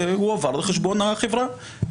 זה הועבר לחשבון החברה.